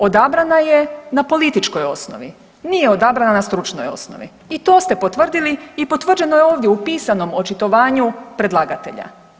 Odabrana je na političkoj osnovi, nije odabrana na stručnoj osnovi i to ste potvrdili i potvrđeno je ovdje u pisanom očitovanju predlagatelja.